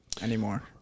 anymore